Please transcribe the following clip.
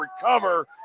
recover